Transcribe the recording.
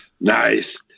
Nice